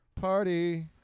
party